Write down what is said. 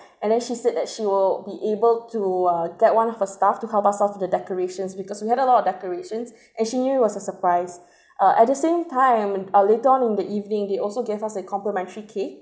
and then she said that she will be able to uh get one of her staff to help us out with the decorations because we had a lot of decorations and she knew it was a surprise uh at the same time in um later on in the evening they also gave us a complimentary cake